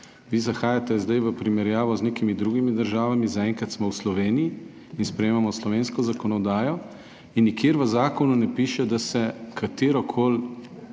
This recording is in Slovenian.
Vi zahajate zdaj v primerjavo z nekimi drugimi državami. Zaenkrat smo v Sloveniji in sprejemamo slovensko zakonodajo in nikjer v zakonu ne piše, da se katerokoli